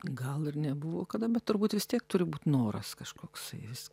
gal ir nebuvo kada bet turbūt vis tiek turi būt noras kažkoksai vis